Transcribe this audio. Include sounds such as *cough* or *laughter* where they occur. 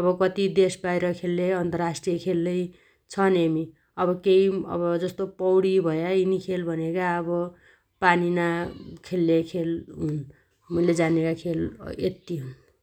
अब कति देश बाइर खेल्ले अन्तराष्टिय खेललै छन् यमी । अब केइ *hesitation* जस्तो पौडी भया यिनी खेल भनेगा अब पानीना खेल्ले खेल हुन् । मुइले जानेगा खेल यत्ति हुन् ।